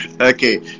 Okay